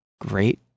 great